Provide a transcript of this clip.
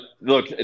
look